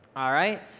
alright,